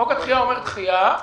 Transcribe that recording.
חוק הדחייה אומר: דחייה,